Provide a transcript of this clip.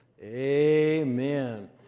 Amen